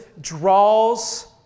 draws